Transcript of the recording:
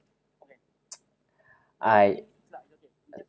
I